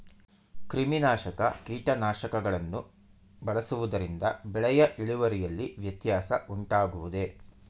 ಕ್ರಿಮಿನಾಶಕ ಕೀಟನಾಶಕಗಳನ್ನು ಬಳಸುವುದರಿಂದ ಬೆಳೆಯ ಇಳುವರಿಯಲ್ಲಿ ವ್ಯತ್ಯಾಸ ಉಂಟಾಗುವುದೇ?